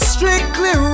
Strictly